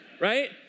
right